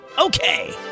Okay